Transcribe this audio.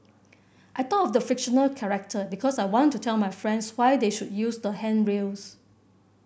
I thought of the fictional character because I want to tell my friends why they should use the handrails